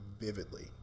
vividly